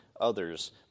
others